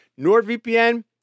NordVPN